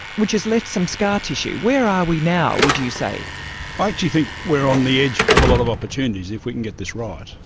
which has left some scar tissue. where are we now, would you say? i actually think we're on the edge of a lot of opportunities if we can get this right.